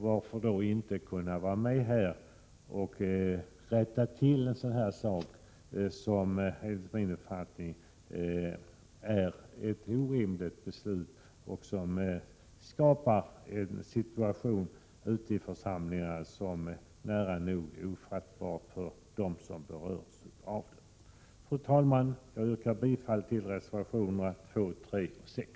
Varför då inte kunna vara med här och rätta till ett sådant här beslut, som enligt min uppfattning är orimligt och som ute i församlingarna skapar en situation som nära nog är ofattbar för dem som berörs. Fru talman! Jag yrkar bifall till reservationerna 2, 3 och 6.